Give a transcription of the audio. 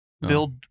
Build